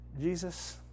Jesus